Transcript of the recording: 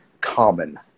common